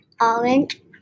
orange